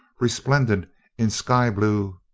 resplendent in sky-blue,